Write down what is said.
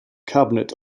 cabinet